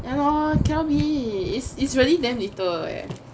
ya lor cannot be is is really damn little leh